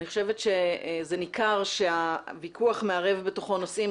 אני חושבת שזה ניכר שהוויכוח מערב בתוכו נושאים